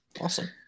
Awesome